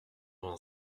vingt